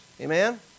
Amen